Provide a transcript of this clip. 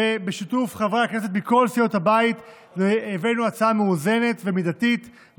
ובשיתוף חברי הכנסת מכל סיעות הבית הבאנו הצעה מאוזנת ומידתית.